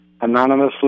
anonymously